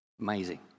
Amazing